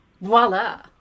voila